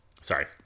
sorry